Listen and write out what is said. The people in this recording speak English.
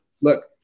Look